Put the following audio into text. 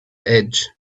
edge